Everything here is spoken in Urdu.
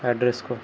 ایڈریس کو